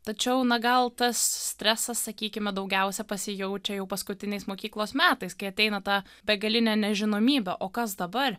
tačiau na gal tas stresas sakykime daugiausia pasijaučia jau paskutiniais mokyklos metais kai ateina ta begalinė nežinomybė o kas dabar